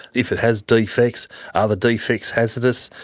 if it has defects are the defects hazardous?